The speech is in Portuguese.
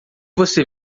você